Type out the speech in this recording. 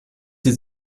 die